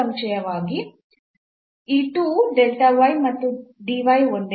ನಿಸ್ಸಂಶಯವಾಗಿ ಈ 2 ಮತ್ತು ಒಂದೇ ಅಲ್ಲ